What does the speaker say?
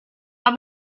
not